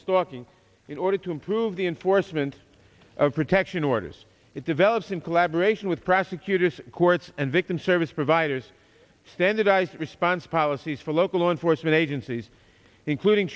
stalking in order to improve the enforcement of protection orders it develops in collaboration with prosecutors courts and victim service providers standardize response policies for local law enforcement agencies including